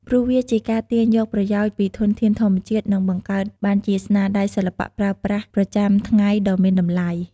ព្រោះវាជាការទាញយកប្រយោជន៍ពីធនធានធម្មជាតិ និងបង្កើតបានជាស្នាដៃសិល្បៈប្រើប្រាស់ប្រចាំថ្ងៃដ៏មានតម្លៃ។